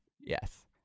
yes